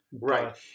Right